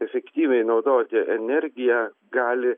efektyviai naudoti energiją gali